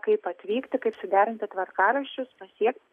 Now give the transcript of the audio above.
kaip atvykti kaip suderinti tvarkaraščius pasiekti